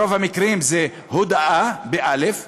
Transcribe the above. ברוב המקרים זה הודאה, באל"ף,